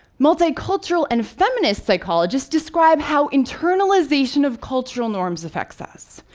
multicultural and feminist psychologists describe how internalization of cultural norms affect us.